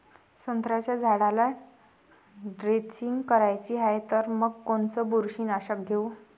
संत्र्याच्या झाडाला द्रेंचींग करायची हाये तर मग कोनच बुरशीनाशक घेऊ?